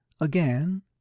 again